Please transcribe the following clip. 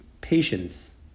patience